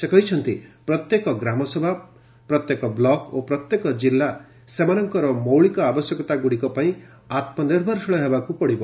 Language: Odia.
ସେ କହିଛନ୍ତି ପ୍ରତ୍ୟେକ ଗ୍ରାମସଭା ପ୍ରତ୍ୟେକ ବ୍ଲକ୍ ଓ ପ୍ରତ୍ୟେକ ଜିଲ୍ଲା ସେମାନଙ୍କର ମୌଳିକ ଆବଶ୍ୟକତାଗୁଡ଼ିକପାଇଁ ଆତ୍କନିଭରଶୀଳ ହେବାକୁ ପଡ଼ିବ